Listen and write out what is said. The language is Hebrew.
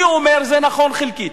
אני אומר: זה נכון חלקית.